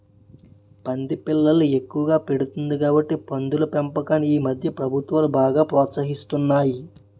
పంది పిల్లల్ని ఎక్కువగా పెడుతుంది కాబట్టి పందుల పెంపకాన్ని ఈమధ్య ప్రభుత్వాలు బాగా ప్రోత్సహిస్తున్నాయి